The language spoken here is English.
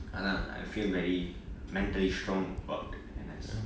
அதான்:athaan I feel very mentally strong about N_S